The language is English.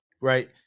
right